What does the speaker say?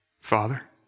Father